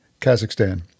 Kazakhstan